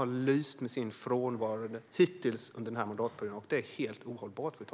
De har nämligen lyst med sin frånvaro hittills under mandatperioden, fru talman, vilket är helt ohållbart.